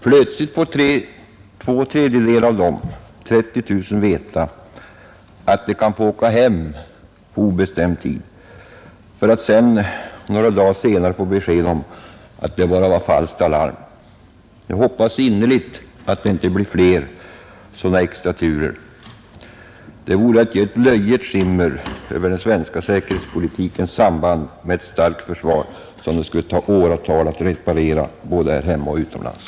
Plötsligt får två tredjedelar av dem, 30 000 personer, veta att de skall åka hem på obestämd tid — för att några dagar senare lämnas beskedet att det bara var falskt alarm. Jag hoppas innerligt att det inte blir fler sådana extraturer. Det skulle betyda att den svenska säkerhetspolitikens samband med ett starkt försvar finge ett löjets skimmer över sig, som det skulle ta åratal att avlägsna både här hemma och utomlands.